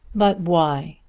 but why?